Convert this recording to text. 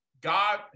God